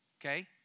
Okay